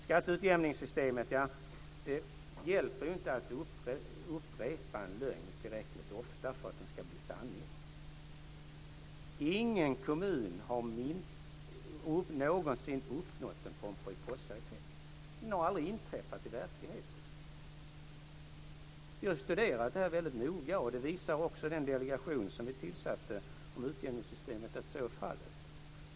Skatteutjämningssystemet: Det hjälper inte att upprepa en lögn tillräckligt ofta för att den ska bli en sanning. Ingen kommun har någonsin uppnått en pomperipossaeffekt. Det har aldrig inträffat i verkligheten. Vi har studerat det här väldigt noga, och också den delegation som vi tillsatte visar att så är fallet.